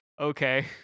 Okay